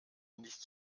nicht